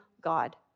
God